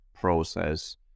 process